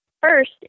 first